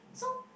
so